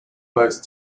most